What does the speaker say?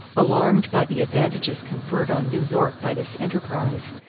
alarmed by the advantages conferred on new york by this enterprise,